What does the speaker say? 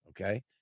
Okay